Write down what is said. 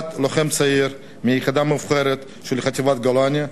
אחד לוחם צעיר מיחידה מובחרת של חטיבת גולני,